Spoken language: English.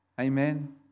Amen